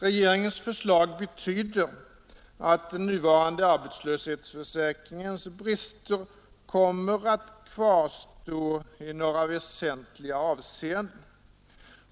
Regeringens förslag betyder att den nuvarande arbetslöshetsförsäkringens brister kommer att kvarstå i några väsentliga avseenden.